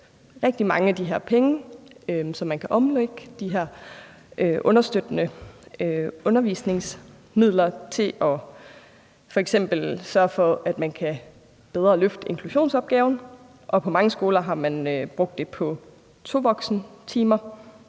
rigtig mange af de her penge, som man kan omlægge for – de her understøttende undervisningsmidler til f.eks. at sørge for, at man bedre kan løfte inklusionsopgaven, og som man på mange skoler har brugt på tovoksentimer.